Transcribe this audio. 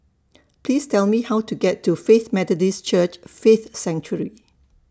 Please Tell Me How to get to Faith Methodist Church Faith Sanctuary